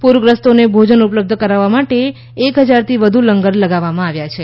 પુરગ્રસ્તોને ભોજન ઉપલબ્ધ કરાવવા માટે એક હજારથી વધુ લંગર લગાવવામાં આવ્યા છે